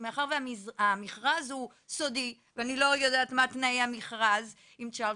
מאחר והמכרז הוא סודי ואני לא יודעת מה תנאי המכרז עם צ'רלטון,